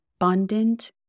abundant